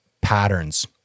patterns